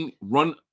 run